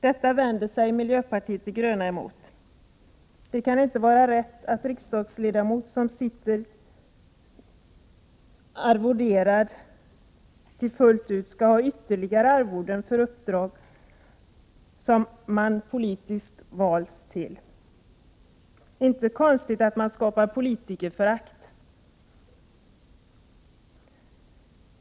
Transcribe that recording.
Detta vänder sig miljöpartiet de gröna emot. Det kan inte vara rätt att riksdagsledamot som sitter arvoderad fullt ut skall ha ytterligare arvoden för uppdrag som man politiskt valts till. Det är inte konstigt att man skapar politikerförakt.